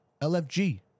LFG